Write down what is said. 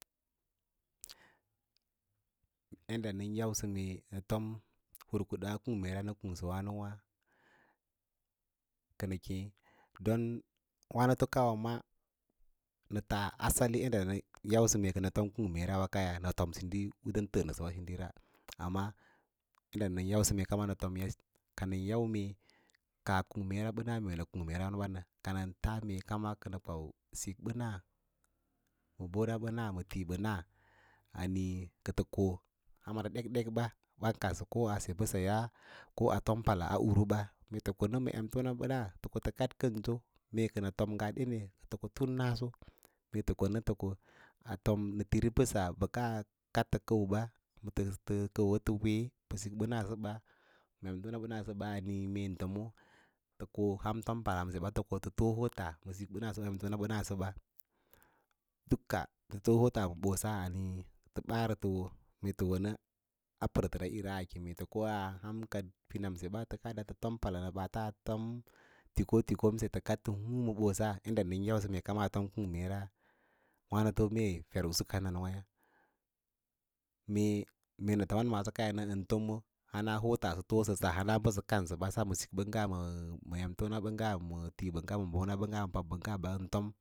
Yaɗɗa nən yausə mee nə fom hurukuda a kung meera nə kuungsə wanowâ kənə keẽ don wa nəto kama maa nə taa asali yadda nən yau mee kam kənəfom kung meera wânowâ nəfom hindi u kuɗan təə nəə ware hindira, amma yadda nən yausə mee kama nə tomyâ ka nən yau mee kaa kung meera ɓəna mee nə kung meera nanə ka nən taa mee kənə kwau sikbəna ma ɓonaɓəna ma tiibəna a niĩ kə tə ko ahan ɗekɗekɓa bau kadsə koa se mbəseyaa mbə fom pala uruɓa mee fə ko nə ma emfonabəna tə ko tə kaɗ kək kənso ka fom ngaa ɗene kə kofun naso meetə konə tə koa tiri mbəsabəka kad tə kəu batə kəuwə fə wee ma sik bəna səba ma ɓona ɓəna səba, mee fon hə koa ham fom pala seɓa tə kotə tfoo hoots ma entonaɓənasəɓa ma sikbənasəɓa duka tə hoo hoots tə ɓaarə tə wo mee tə woonə a pərtəra iri tə níí tə koa ahan kəd pinanse ɓa tə ka ɗa tə fom pals ma ɓaats a fom tiko tikomse tə halal ma bosa yadda nən yausə koma fom kung meera nawa, wânəfo mee fer usu kananwǎyǎ hana hodta sə foosəsa hana a bəsə kansəbasa ma sik ɓəngga məə em tin a bəngga məə pabbəngga atom.